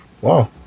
Wow